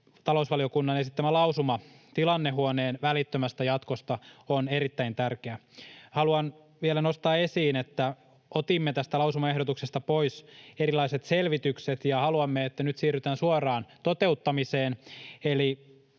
talousvaliokunnan esittämä lausuma tilannehuoneen välittömästä jatkosta on erittäin tärkeä. Haluan vielä nostaa esiin, että otimme tästä lausumaehdotuksesta pois erilaiset selvitykset ja haluamme, että nyt siirrytään suoraan toteuttamiseen.